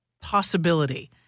possibility